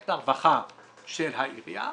מחלקת הרווחה של העירייה.